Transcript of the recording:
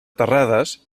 terrades